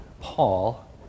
Paul